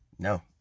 No